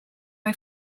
hij